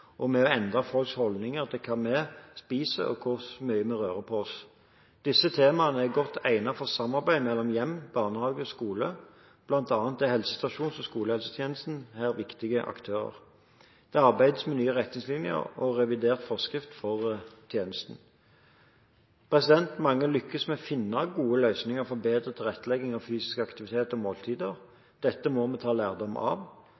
og med å endre folks holdninger til hva vi spiser, og hvor mye vi rører på oss. Disse temaene er godt egnet for samarbeid mellom hjem, barnehage og skole. Blant annet er helsestasjons- og skolehelsetjenesten viktige aktører her. Det arbeides med nye retningslinjer og revidert forskrift for tjenesten. Mange lykkes med å finne gode løsninger for bedre tilrettelegging av fysisk aktivitet og måltider. Dette må vi ta lærdom av.